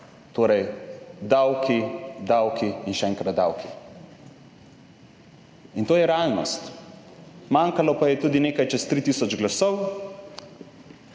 Torej davki, davki in še enkrat davki. In to je realnost. Manjkalo pa je tudi nekaj čez 3 tisoč glasov,